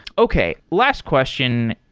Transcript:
okay. last question,